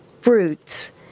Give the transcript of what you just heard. fruits